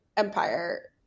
empire